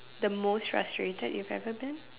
the most frustrated you've ever been